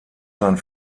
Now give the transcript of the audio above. sein